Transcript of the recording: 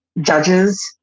judges